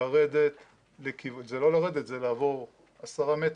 לרדת לכיוון זה לא לרדת, זה לעבור עשרה מטרים,